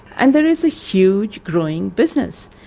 and there is a huge growing business.